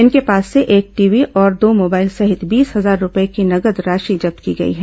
इनके पास से एक टीवी और दो मोबाइल सहित बीस हजार रूपये की नगद राशि जब्त की गई है